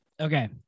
Okay